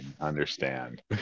understand